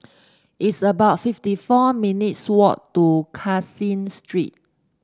it's about fifty four minutes walk to Caseen Street